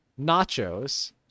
nachos